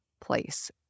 place